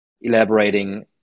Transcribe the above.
elaborating